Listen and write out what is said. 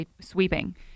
sweeping